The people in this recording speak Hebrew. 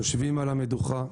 יושבים על המדוכה.